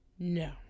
No